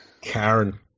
Karen